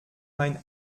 mein